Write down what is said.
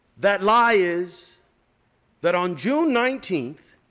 that lie is that on june nineteen,